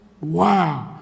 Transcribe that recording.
wow